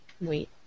wait